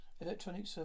Electronic